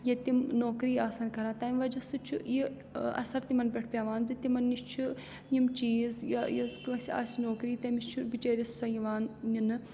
ییٚتہِ تِم نوکری آسَن کَران تَمہِ وجہ سۭتۍ چھُ یہِ اَثر تِمَن پٮ۪ٹھ پٮ۪وان زِ تِمَن نِش چھُ یِم چیٖز یا یۄس کٲنٛسہِ آسہِ نوکری تٔمِس چھُ بِچٲرِس سۄ یِوان نِنہٕ